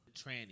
Tranny